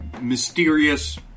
Mysterious